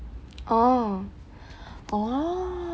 or or